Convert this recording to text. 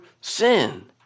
sin